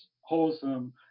wholesome